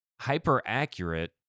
Hyper-accurate